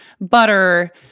butter